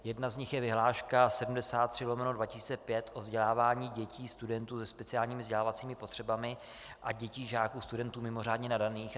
Jedna z nich je vyhláška 73/2005 o vzdělávání dětí studentů se speciálními vzdělávacími potřebami a dětí žáků, studentů mimořádně nadaných.